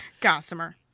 Gossamer